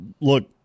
look